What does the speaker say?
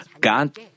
God